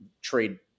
trade